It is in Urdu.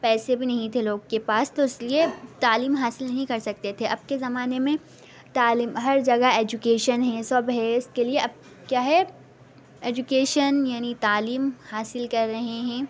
پیسے بھی نہیں تھے لوگوں کے پاس تو اس لئے تعلیم حاصل نہیں کر سکتے تھے اب کے زمانے میں تعلیم ہر جگہ ایجوکیشن ہیں سب ہے اس کے لئے اب کیا ہے ایجوکیشن یعنی تعلیم حاصل کر رہے ہیں